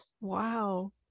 Wow